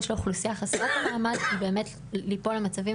של האוכלוסייה חסרת המעמד היא באמת ליפול למצבים